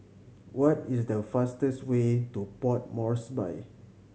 what is the fastest way to Port Moresby